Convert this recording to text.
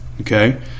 okay